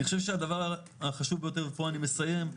אני חושב שהדבר החשוב ביותר ופה אני מסיים.